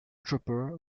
trooper